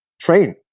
train